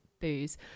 booze